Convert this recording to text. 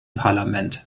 parlament